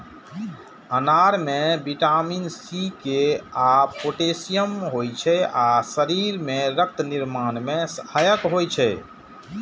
अनार मे vitamin C, K आ पोटेशियम होइ छै आ शरीर मे रक्त निर्माण मे सहायक होइ छै